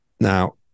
Now